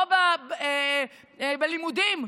בלימודים,